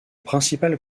principal